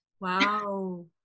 Wow